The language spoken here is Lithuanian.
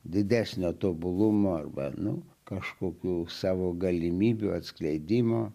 didesnio tobulumo arba nu kažkokių savo galimybių atskleidimo